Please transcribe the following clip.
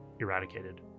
eradicated